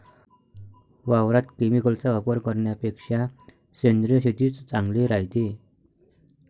वावरात केमिकलचा वापर करन्यापेक्षा सेंद्रिय शेतीच चांगली रायते